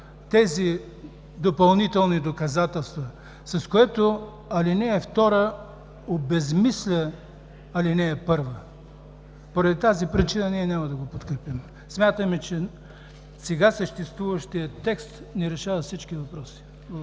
тези допълнителни доказателства, с което ал. 2 обезсмисля ал. 1. Поради тази причина ние няма да го подкрепим. Смятаме, че сега съществуващият текст ни решава всички въпроси.